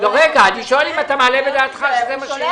רגע, אני שואל אם אתה מעלה בדעתך שזה מה שיהיה?